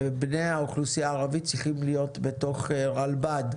בני האוכלוסייה הערבית, צריכים להיות בתוך רלב"ד.